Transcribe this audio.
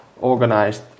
organized